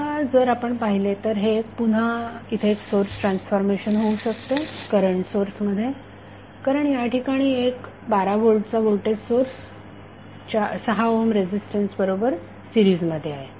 आता जर आपण पाहिले तर हे एक पुन्हा इथे ट्रान्सफॉर्मेशन होऊ शकते करंट सोर्स मध्ये कारण या ठिकाणी एक 12 व्होल्टचा व्होल्टेज सोर्स 6 ओहम रेझिस्टन्स बरोबर सिरीज मध्ये आहे